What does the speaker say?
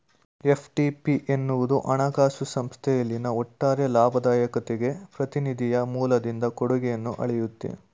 FTP ಎನ್ನುವುದು ಹಣಕಾಸು ಸಂಸ್ಥೆಯಲ್ಲಿನ ಒಟ್ಟಾರೆ ಲಾಭದಾಯಕತೆಗೆ ಪ್ರತಿನಿಧಿಯ ಮೂಲದಿಂದ ಕೊಡುಗೆಯನ್ನ ಅಳೆಯುತ್ತೆ